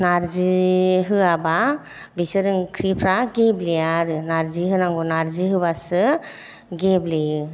नार्जि होयाब्ला बेसोर ओंख्रिफ्रा गेब्लेया आरो नार्जि होनांगौ नार्जि होब्लासो गेब्लेयो